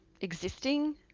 existing